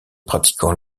pratiquant